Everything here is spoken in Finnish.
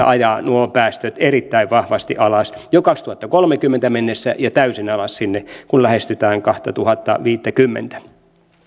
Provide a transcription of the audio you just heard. ajaa nuo päästöt erittäin vahvasti alas jo kaksituhattakolmekymmentä mennessä ja täysin alas kun lähestytään kaksituhattaviisikymmentätä